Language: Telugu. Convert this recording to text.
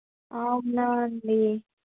అవునా అండి